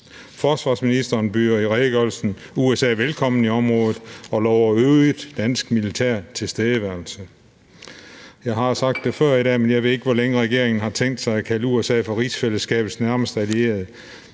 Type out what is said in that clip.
Forsvarsministeren byder i redegørelsen USA velkommen i området og lover øget dansk militær tilstedeværelse. Jeg har sagt det før i dag, men jeg ved ikke, hvor længe regeringen har tænkt sig at kalde USA for rigsfællesskabets nærmeste allierede.